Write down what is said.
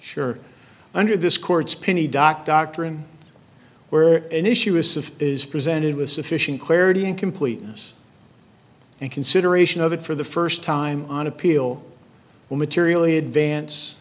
sure under this court's pinney dock doctrine where an issue is of is presented with sufficient clarity in completeness and consideration of it for the first time on appeal will materially advance